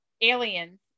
aliens